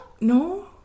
No